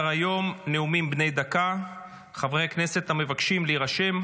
גם מניין הימים שבהם 79 מאחינו ואחיותינו,